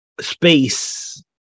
Space